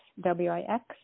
W-I-X